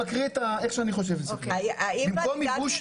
מקריא איך אני חושב שזה צריך להיות.